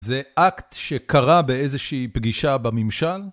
זה אקט שקרה באיזושהי פגישה בממשל?